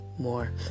More